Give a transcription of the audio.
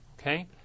okay